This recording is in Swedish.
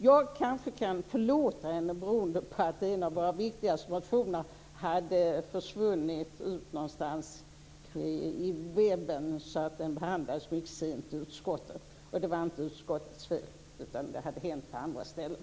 Jag kanske kan förlåta henne beroende på att en av våra viktigaste motioner hade försvunnit ut någonstans på webben. Den behandlades mycket sent i utskottet, och det var inte utskottets fel. Det hade hänt saker på andra ställen.